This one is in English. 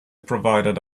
provided